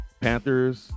Panthers